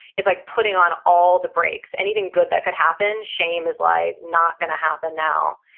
it's like putting on all the breaks. anything good that could happen, shame is like not going to happen now.